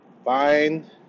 Find